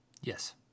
yes